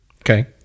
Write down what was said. Okay